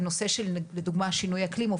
הנושא של שינוי אקלים,